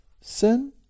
sin